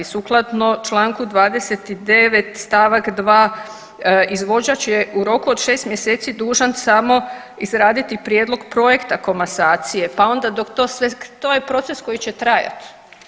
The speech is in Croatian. Sukladno Članku 29. stavak 2. izvođač je u roku od 6 mjeseci dužan samo izraditi prijedlog projekta komasacije, pa onda dok to sve, to je proces koji će trajati.